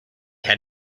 had